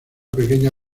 pequeña